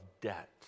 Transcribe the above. debt